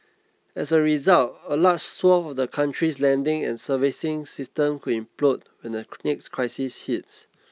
as a result a large swathe of the country's lending and servicing system could implode when the next crisis hits